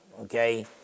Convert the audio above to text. okay